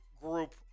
group